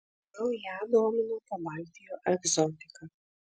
gal ją domino pabaltijo egzotika